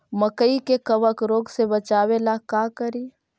मकई के कबक रोग से बचाबे ला का करि?